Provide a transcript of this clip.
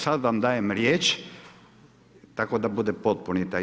Sada vam dajem riječ, tako da bude potpuni taj.